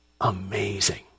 Amazing